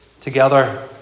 together